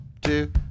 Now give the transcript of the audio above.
two